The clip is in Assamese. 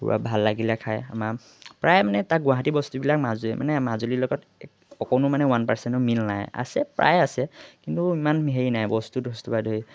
খুব ভাল লাগিলে খায় আমাৰ প্ৰায় মানে তাৰ গুৱাহাটী বস্তুবিলাক মাজু মানে মাজুলীৰ লগত অকণো মানে ওৱান পাৰ্চেণ্টো মিল নাই আছে প্ৰায় আছে কিন্তু ইমান হেৰি নাই বস্তু চস্তুৰপৰা ধৰি